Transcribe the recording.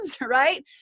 right